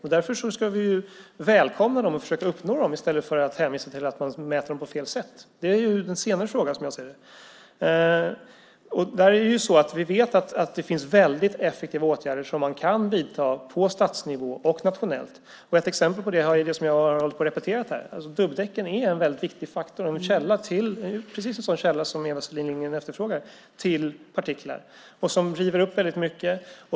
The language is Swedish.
Därför ska vi välkomna dem och försöka uppnå dem i stället för att hänvisa till att man mäter på fel sätt. Det är en senare fråga, som jag ser det. Vi vet att det finns väldigt effektiva åtgärder som man kan vidta på stadsnivå och nationellt. Ett exempel på det är det som jag har hållit på och repeterat här. Dubbdäcken är en väldigt viktig faktor och precis en sådan källa till partiklar som Eva Selin Lindgren efterfrågar. De river upp väldigt mycket.